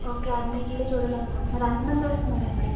okay అన్నింటిని చూడాలనుకుంటున్నారు ఎంత మంది వస్తున్నారండి